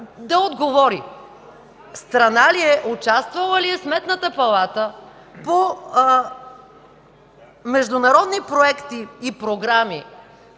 да отговори: страна ли е, участвала ли е Сметната палата по международни проекти и програми